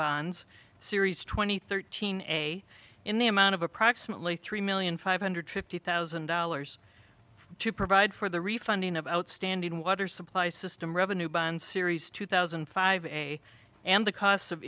bonds series twenty thirteen a in the amount of approximately three million five hundred fifty thousand dollars to provide for the refunding of outstanding water supply system revenue bond series two thousand and five and the costs of